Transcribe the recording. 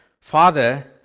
father